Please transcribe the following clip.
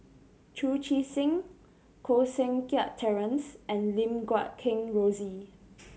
Chu Chee Seng Koh Seng Kiat Terence and Lim Guat Kheng Rosie